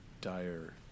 dire